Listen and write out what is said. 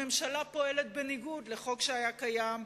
הממשלה פועלת בניגוד לְחוק שהיה קיים,